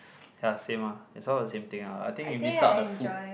ya same ah it's all the same thing ah I think you miss out the food